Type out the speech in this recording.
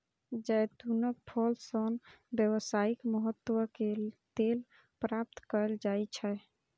जैतूनक फल सं व्यावसायिक महत्व के तेल प्राप्त कैल जाइ छै